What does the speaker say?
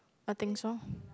I think so